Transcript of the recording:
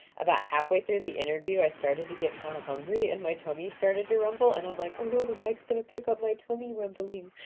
about halfway through the interview, i started to get kind of hungry and my tummy started to rumble and i'm like oh, no, the mic's like gonna pick up my tummy rumbling,